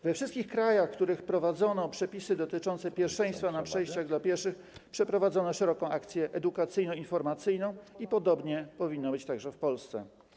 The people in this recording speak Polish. We wszystkich krajach, w których wprowadzono przepisy dotyczące pierwszeństwa na przejściach dla pieszych, przeprowadzono szeroką akcję edukacyjno-informacyjną i podobnie powinno być także w Polsce.